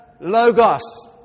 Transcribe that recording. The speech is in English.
Logos